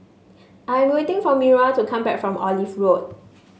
I am waiting for Myra to come back from Olive Road